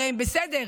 הם בסדר,